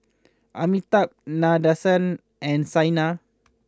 Amitabh Nadesan and Saina